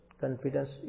Confidence